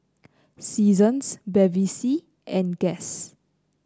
Seasons Bevy C and Guess